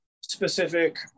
specific